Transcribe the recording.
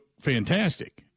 fantastic